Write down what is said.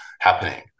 happening